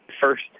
First